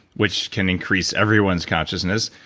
which can increase everyone's consciousness.